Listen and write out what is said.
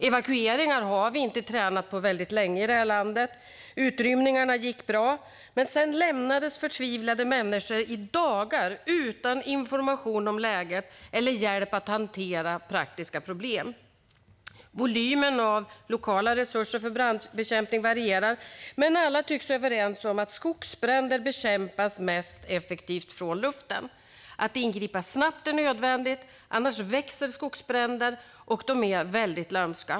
Evakueringar har vi inte tränat på länge i det här landet. Utrymningarna gick bra, men sedan lämnades förtvivlade människor i dagar utan information om läget eller hjälp att hantera praktiska problem. Volymen av lokala resurser för brandbekämpning varierar, men alla tycks överens om att skogsbränder bekämpas mest effektivt från luften. Att ingripa snabbt är nödvändigt; annars växer skogsbränder, och de är väldigt lömska.